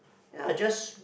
ya just